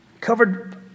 Covered